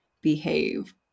behave